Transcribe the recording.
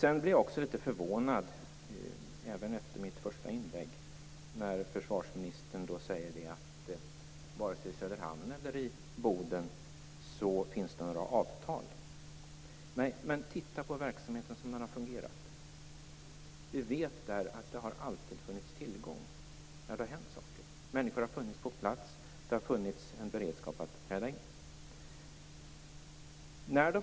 Jag blir också litet förvånad när försvarsministern säger att det inte finns några avtal vare sig i Söderhamn eller Boden. Men titta på verksamheten som den har fungerat. Vi vet att det alltid har funnits tillgång till hjälp när det har hänt saker. Människor har funnits på plats. Det har funnits en beredskap för att träda in.